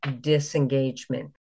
disengagement